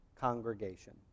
congregation